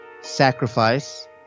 sacrifice